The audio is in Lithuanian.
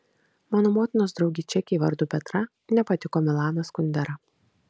mano motinos draugei čekei vardu petra nepatiko milanas kundera